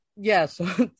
yes